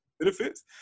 benefits